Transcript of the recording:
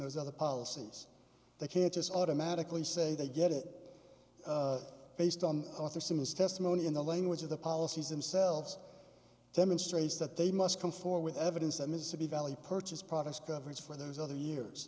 those other policies they can't just automatically say they get it based on arthur symons testimony in the language of the policies themselves demonstrates that they must conform with evidence that mississippi valley purchase products coverage for those other years